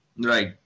Right